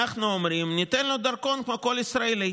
אנחנו אומרים: ניתן לו דרכון כמו כל ישראלי.